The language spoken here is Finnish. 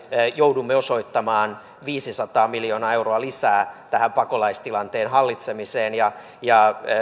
joudumme osoittamaan viisisataa miljoonaa euroa lisää tähän pakolaistilanteen hallitsemiseen ja ja